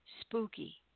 spooky